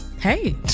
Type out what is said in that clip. hey